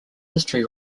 history